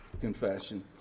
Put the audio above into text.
confession